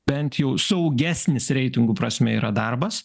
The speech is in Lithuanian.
bent jau saugesnis reitingų prasme yra darbas